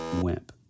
wimp